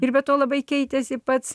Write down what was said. ir be to labai keitėsi pats